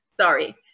sorry